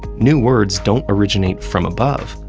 new words don't originate from above,